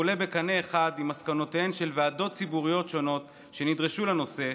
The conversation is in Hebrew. והוא עולה בקנה אחד עם מסקנותיהן של ועדות ציבוריות שונות שנדרשו לנושא,